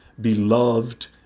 beloved